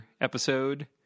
episode